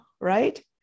right